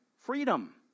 Freedom